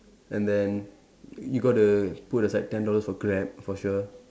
and then you got to put aside ten dollars for Grab for sure